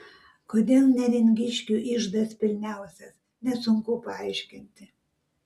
kodėl neringiškių iždas pilniausias nesunku paaiškinti